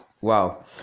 wow